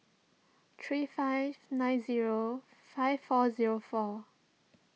three five nine zero five four zero four